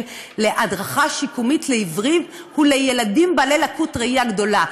להדרכה שיקומית לעיוורים ולילדים בעלי לקות ראייה גדולה.